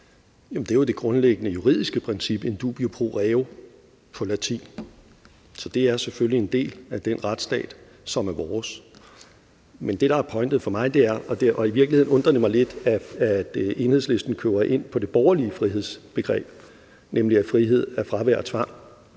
det er jo det grundlæggende juridiske princip, på latin: in dubio pro reo. Så det er selvfølgelig en del af den retsstat, som er vores. I virkeligheden undrer det mig lidt, at Enhedslisten køber ind på det borgerlige frihedsbegreb, nemlig at frihed er fravær af tvang,